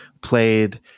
played